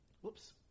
Whoops